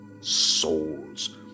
souls